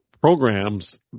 Programs